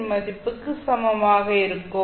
யின் மதிப்புக்கு சமமாக இருக்கும்